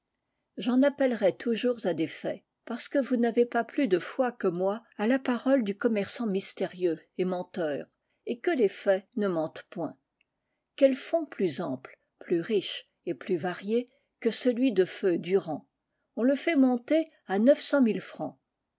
j'en appellerai toujours à des faits parce que vous n'avez pas plus de foi que moi à la parole du commerçant mystérieux et menteur et que les faits ne mentent point quel fonds plus ample plus riche et plus varié que celui de feu durand on le fait monter à francs